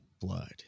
blood